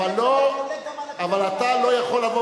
אבל לא,